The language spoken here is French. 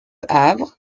havre